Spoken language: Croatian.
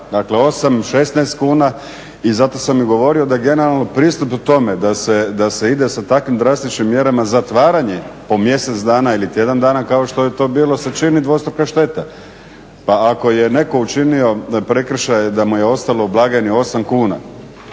dakle 8, 16 kuna i zato sam i govorio da generalno pristup tome da se ide sa takvim drastičnim mjerama, zatvaranje po mjesec dana ili tjedan dana kao što je to bilo, se čini dvostruka šteta. Pa ako je netko učinio prekršaj da mu je ostalo u blagajni 8 kuna